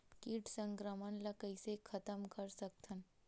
कीट संक्रमण ला कइसे खतम कर सकथन?